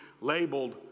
labeled